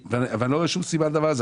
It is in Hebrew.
לא רואה שום סיבה לדבר הזה.